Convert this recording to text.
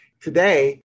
Today